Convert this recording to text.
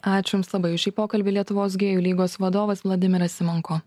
ačiū jums labai už šį pokalbį lietuvos gėjų lygos vadovas vladimiras simanko